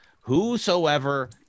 Whosoever